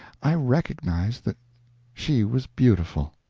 i recognized that she was beautiful.